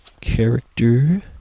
character